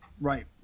Right